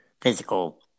physical